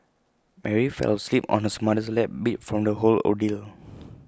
Mary fell asleep on hers mother's lap beat from the whole ordeal